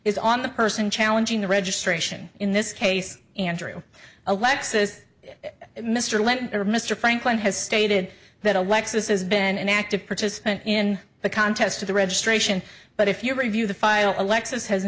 is on the person challenging the registration in this case andrew alexa's mr linton or mr franklin has stated that alexis is been an active participant in the contest of the registration but if you review the file alexis has